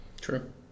True